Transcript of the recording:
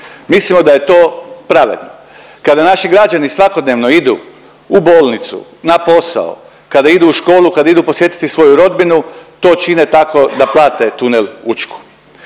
Mislimo da je to pravedno. Kada naši građani svakodnevno idu u bolnicu, na posao, kada idu u školu, kad idu podsjetiti svoju rodbinu to čine tako da plate tunel Učka.